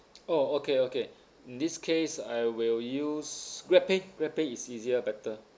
oh okay okay in this case I will use grabpay grabpay is easier better